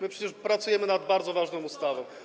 My przecież pracujemy nad bardzo ważną ustawą.